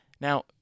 Now